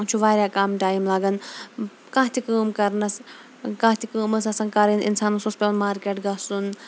چھُ واریاہ کَم ٹایم لَگان کانٛہہ تہِ کٲم کَرنَس کانٛہہ تہِ کٲم ٲسۍ آسان کَرٕنۍ اِنسانَس اوس پیٚوان مارکٹ گَژھُن